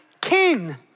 King